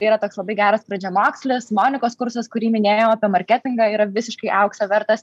yra toks labai geras pradžiamokslis monikos kursas kurį minėjau apie marketingą yra visiškai aukso vertas